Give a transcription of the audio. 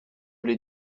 les